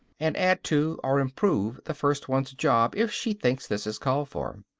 and add to or improve the first one's job if she thinks this is called for.